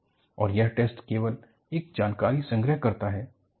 और यह टेस्ट केवल एक जानकारी संग्रह करता है